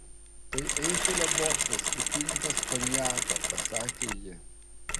tai eifelio bokštas pripildytas konjako pasakė ji